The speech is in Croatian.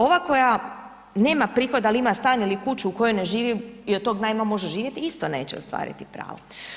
Ova koja nema prihod, ali ima stan ili kuću u kojoj ne živi i od tog najma može živjeti isto neće ostvariti prava.